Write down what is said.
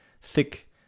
thick